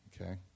Okay